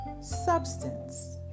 substance